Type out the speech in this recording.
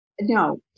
No